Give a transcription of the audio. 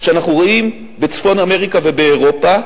שאנחנו רואים בצפון אמריקה ובאירופה.